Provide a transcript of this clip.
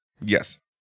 Yes